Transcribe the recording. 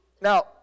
Now